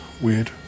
Weird